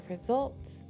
results